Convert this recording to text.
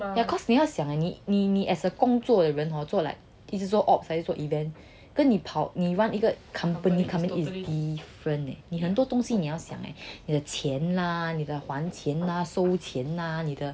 yeah cause 你要想 leh 你你你 as a 工作的人 hor 做 like it's so ops 还是做 event 跟你跑你 run 一个 company so different eh 你有很多东西要想 eh 你的钱 lah 你的还钱 lah 收钱 lah 你的